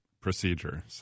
procedure